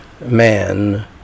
man